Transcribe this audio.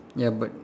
ya but